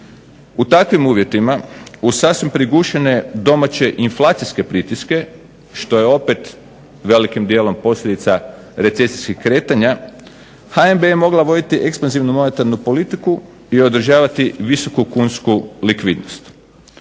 U takvim uvjetima uz sasvim prigušene domaće inflacijske pritiske što je opet velikim dijelom posljedica recesijskih kretanja HNB je mogla voditi ekspanzivnu monetarnu politiku i održavati visoku kunsku likvidnost.